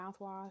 mouthwash